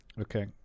Okay